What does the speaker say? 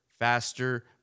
Faster